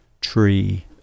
tree